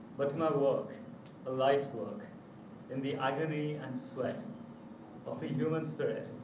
but to my work, a life's work in the agony and sweat of the human spirit,